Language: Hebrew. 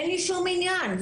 אין לי שום עניין.